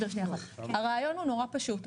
הרעיון הוא נורא פשוט,